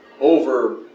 over